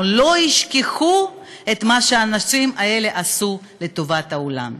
לא ישכחו את מה שהאנשים האלה עשו לטובת העולם.